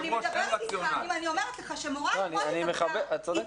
אני אומרת לך שמורה אתמול התאבדה.